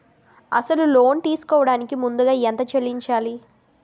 అసలు లోన్ తీసుకోడానికి ముందుగా ఎంత చెల్లించాలి?